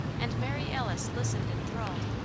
and mary alice listened enthralled.